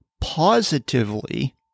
positively